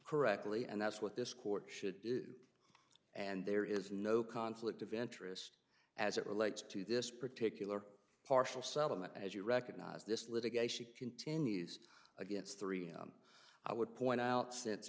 correctly and that's what this court should do and there is no conflict of interest as it relates to this particular partial settlement as you recognize this litigation continues against three i would point out since